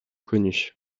connus